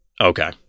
Okay